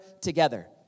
together